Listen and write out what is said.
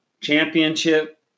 championship